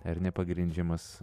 ir nepagrindžiamas